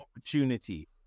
opportunity